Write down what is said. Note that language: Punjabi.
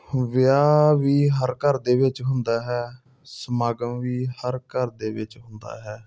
ਵਿਆਹ ਵੀ ਹਰ ਘਰ ਦੇ ਵਿੱਚ ਹੁੰਦਾ ਹੈ ਸਮਾਗਮ ਵੀ ਹਰ ਘਰ ਦੇ ਵਿੱਚ ਹੁੰਦਾ ਹੈ